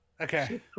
Okay